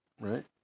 right